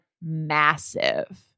massive